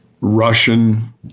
Russian